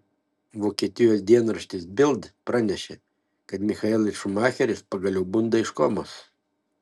vokietijos dienraštis bild pranešė kad michaelis schumacheris pagaliau bunda iš komos